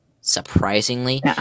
surprisingly